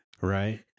Right